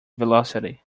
velocity